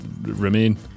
Remain